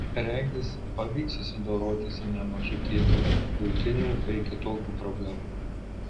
regis pavyks susidoroti su nemažu kiekiu buitinių bei kitokių problemų